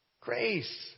Grace